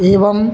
एवं